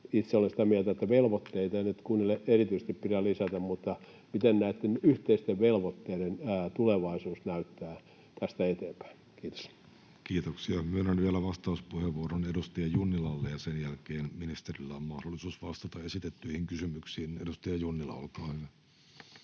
Itse olen sitä mieltä, että velvoitteita ei nyt kunnille erityisesti pidä lisätä. Miltä näitten yhteisten velvoitteiden tulevaisuus näyttää tästä eteenpäin? — Kiitos. Kiitoksia. — Myönnän vielä vastauspuheenvuoron edustaja Junnilalle, ja sen jälkeen ministerillä on mahdollisuus vastata esitettyihin kysymyksiin. — Edustaja Junnila, olkaa hyvä.